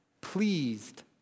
pleased